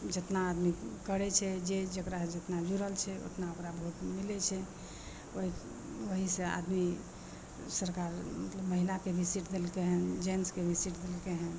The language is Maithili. जतना आदमी करै छै जे जकरासे जितना जुड़ल छै उतना ओकरा भोट मिलै छै ओहि ओहिसे आदमी सरकार मतलब महिलाकेँ भी सीट देलकै हँ जेन्ट्सकेँ भी सीट देलकै हँ